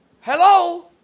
Hello